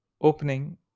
opening